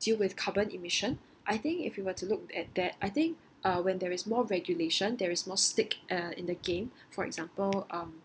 deal with carbon emission I think if you were to look at that I think uh when there is more regulation there is more stick uh in the game for example um